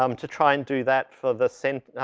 um to try and do that for the cen,